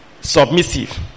submissive